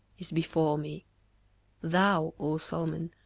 is before me thou, o solomon,